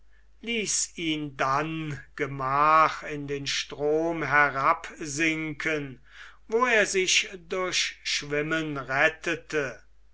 ließ ihn dann gemach in den strom herabsinken wo er sich durch schwimmen rettete